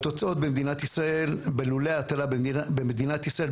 והתוצאות במדינת ישראל בלולי ההטלה במדינת ישראל,